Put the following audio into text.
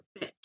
bitch